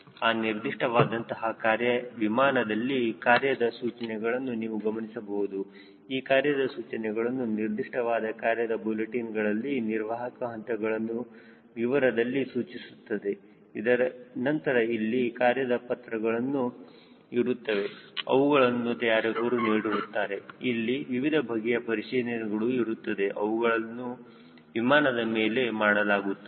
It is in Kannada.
ಅ ನಿರ್ದಿಷ್ಟವಾದಂತಹ ವಿಮಾನದಲ್ಲಿ ಕಾರ್ಯದ ಸೂಚನೆಗಳನ್ನು ನೀವು ಗಮನಿಸಬಹುದು ಈ ಕಾರ್ಯದ ಸೂಚನೆಗಳು ನಿರ್ದಿಷ್ಟವಾದ ಕಾರ್ಯದ ಬುಲೆಟಿನ್ಗಳಲ್ಲಿ ನಿರ್ವಾಹಕ ಹಂತಗಳನ್ನು ವಿವರದಲ್ಲಿ ಸೂಚಿಸುತ್ತದೆ ನಂತರ ಇಲ್ಲಿ ಕಾರ್ಯದ ಪಾತ್ರಗಳು ಇರುತ್ತವೆ ಅವುಗಳನ್ನು ತಯಾರಕರು ನೀಡಿರುತ್ತಾರೆ ಇಲ್ಲಿ ವಿವಿಧ ಬಗೆಯ ಪರಿಶೀಲನೆಗಳು ಇರುತ್ತದೆ ಅವುಗಳನ್ನು ವಿಮಾನದ ಮೇಲೆ ಮಾಡಲಾಗುತ್ತದೆ